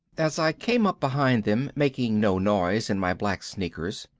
as i came up behind them, making no noise in my black sneakers,